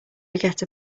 forget